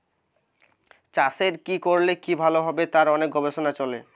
চাষের কি করলে কি ভালো হবে তার অনেক গবেষণা চলে